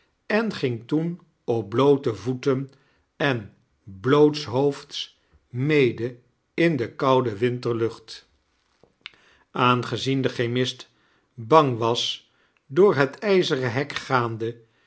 en ging toen op bloote voeten en blootshoofds mede in de koude winterlucht aangezien de chemist bang was door het ijzeren hek gaande